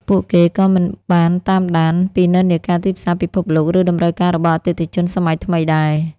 ពួកគេក៏មិនបានតាមដានពីនិន្នាការទីផ្សារពិភពលោក ឬតម្រូវការរបស់អតិថិជនសម័យថ្មីដែរ។